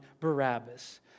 Barabbas